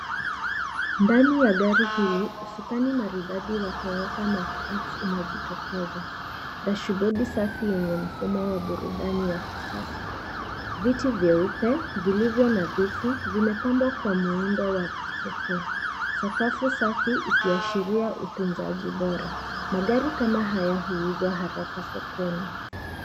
Ndani ya gari hili ususkani maridadi wa Toyota Mark X unajitokeza. Dashibodi safi yenye mfumo wa burudani wa kisasa. Viti vyeupe vilivyo nadhifu vimepambwa kwa muundo wa kipekee. Sakafu safi ikiashiria utunzaji bora. Magari kama haya huuzwa haraka sokoni.